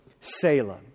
Salem